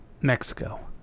Mexico